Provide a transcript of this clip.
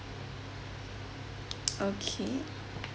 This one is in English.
okay